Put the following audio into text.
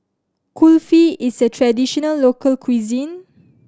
Kulfi is a traditional local cuisine